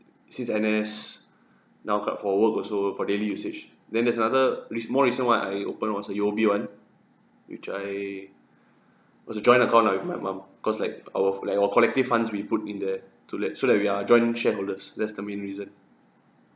since N_S now come out for work also for daily usage then there's another re~ more recent one I opened was the U_O_B one which I was a joint account lah with my mum cause like our like our collective funds we put in there to like so that we are joint shareholders that's the main reason